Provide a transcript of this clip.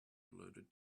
loaded